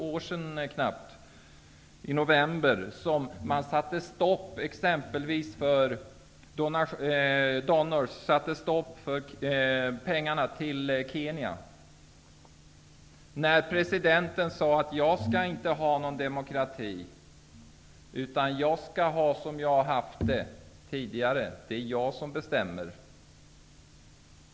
Det var i november förra året som pengarna till Kenya stoppades, när presidenten sade: Jag skall inte ha någon demokrati, utan jag skall ha det som jag har haft det tidigare. Det är jag som bestämmer.